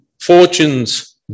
fortunes